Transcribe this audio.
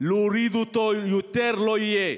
להוריד אותו ושיותר לא יהיה.